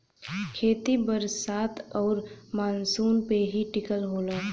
खेती बरसात आउर मानसून पे ही टिकल होला